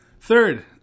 Third